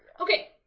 okay